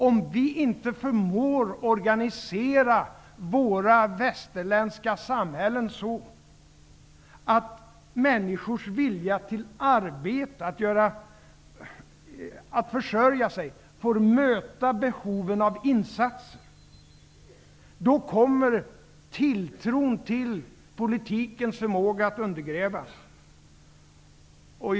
Om vi inte förmår organisera våra västerländska samhällen så att människors vilja till arbete, till att försörja sig, får möta behoven av insatser, då kommer tilltron till politikens förmåga att undergrävas.